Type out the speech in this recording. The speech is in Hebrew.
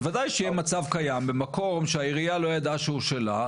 בוודאי שיהיה מצב קיים במקום שהעירייה לא ידעה שהוא שלה,